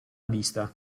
vista